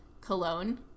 cologne